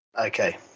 Okay